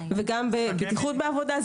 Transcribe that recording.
וגם בבטיחות בעבודה.